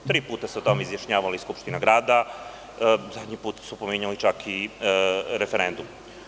Tri puta se o tome izjašnjavala i Skupština grada, čak se pominjao i referendum.